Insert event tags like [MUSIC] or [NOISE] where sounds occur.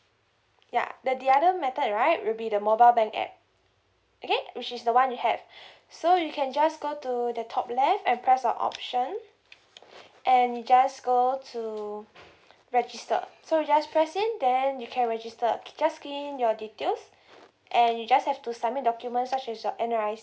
ya the the other method right will be the mobile bank app okay which is the one you have [BREATH] so you can just go to the top left and press the option and you just go to register so you just press in then you can register just key in your details and you just have to submit documents such as your N_R_I_C